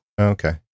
Okay